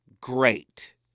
great